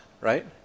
right